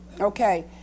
okay